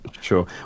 Sure